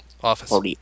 office